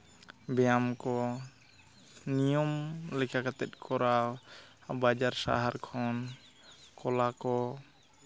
ᱵᱮᱭᱟᱢ ᱠᱚ ᱱᱤᱭᱚᱢ ᱞᱮᱠᱟ ᱠᱟᱛᱮᱫ ᱠᱚᱨᱟᱣ ᱵᱟᱡᱟᱨ ᱥᱟᱦᱟᱨ ᱠᱷᱚᱱ ᱠᱚᱞᱟ ᱠᱚ